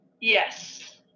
Yes